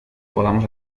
podamos